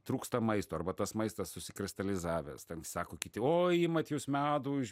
trūksta maisto arba tas maistas susikristalizavęs ten sako kiti oi imat jūs medų iš